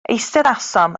eisteddasom